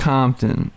Compton